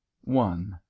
One